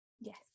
Yes